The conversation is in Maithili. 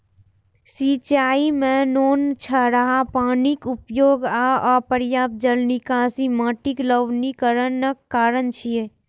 सिंचाइ मे नोनछराह पानिक उपयोग आ अपर्याप्त जल निकासी माटिक लवणीकरणक कारण छियै